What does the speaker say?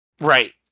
Right